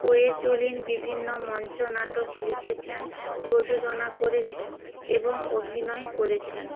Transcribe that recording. Koechlin বিভিন্ন মঞ্চনাটক লিখেছেন প্রযোজনা করেছেন এবং অভিনয় করেছেন